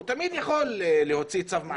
הוא תמיד יכול להוציא צו מעצר.